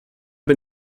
bin